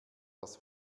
das